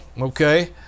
okay